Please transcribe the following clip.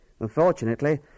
Unfortunately